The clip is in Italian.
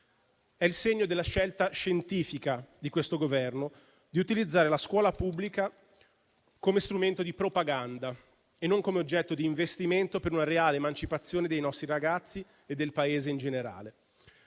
È il segno della scelta scientifica di questo Governo di utilizzare la scuola pubblica come strumento di propaganda e non come oggetto di investimento per una reale emancipazione dei nostri ragazzi e del Paese in generale.